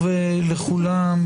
לכולם.